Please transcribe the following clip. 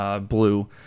Blue